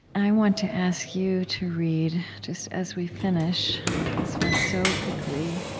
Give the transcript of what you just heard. i want to ask you to read, just as we finish this went so quickly